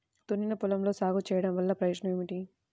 దున్నిన పొలంలో సాగు చేయడం వల్ల ప్రయోజనం ఏమిటి?